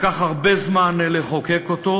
לקח הרבה זמן לחוקק אותו,